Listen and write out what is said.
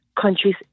countries